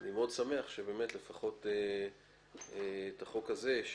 אני מאוד שמח שלפחות את החוק הזה,